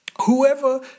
whoever